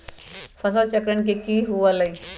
फसल चक्रण की हुआ लाई?